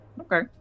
Okay